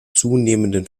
zunehmenden